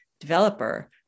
developer